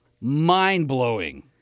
Mind-blowing